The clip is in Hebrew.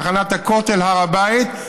תחנת הכותל הר הבית,